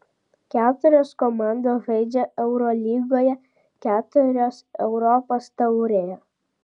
keturios komandos žaidžia eurolygoje keturios europos taurėje